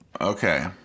Okay